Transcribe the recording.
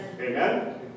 Amen